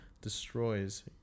destroys